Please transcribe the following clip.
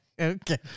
okay